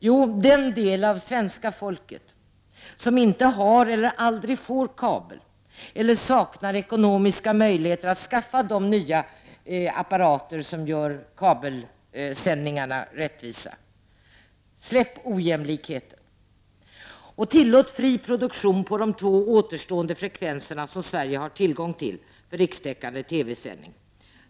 Jo, den del av svenska folket som inte har eller aldrig får kabel och saknar ekonomiska möjligheter att skaffa de nya apparater som gör kabelsändningarna rättvisa. Släpp ojämlikheten och tillåt fri produktion på de återstående två frekvenserna som Sverige har tillgång till för rikstäckande TV-sändning.